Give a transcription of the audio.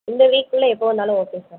இந்த வீக்குள்ளே எப்போ வந்தாலும் ஓகே சார்